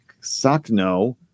Sakno